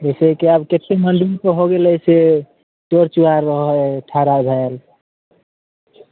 जइसेकि आब कतेक मलुमसे हो गेलै से चोर चोहार रहै हइ ठाड़ा भेल